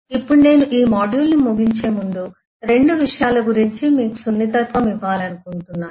ఇప్పుడు నేను ఈ మాడ్యూల్ను ముగించే ముందు 2 విషయాల గురించి మీకు సున్నితత్వం ఇవ్వాలనుకుంటున్నాను